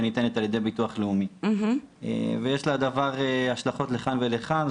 שניתנת על ידי ביטוח לאומי ויש לדבר השלכות לכאן ולכאן,